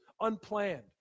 unplanned